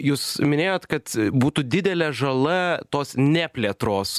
jūs minėjot kad būtų didelė žala tos neplėtros